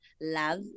love